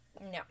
no